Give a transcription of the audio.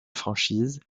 franchise